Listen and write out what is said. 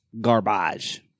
garbage